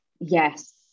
Yes